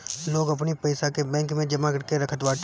लोग अपनी पईसा के बैंक में जमा करके रखत बाटे